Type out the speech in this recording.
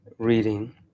reading